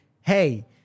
hey